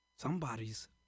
Somebody's